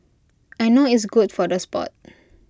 I know it's good for the Sport